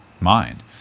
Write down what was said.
mind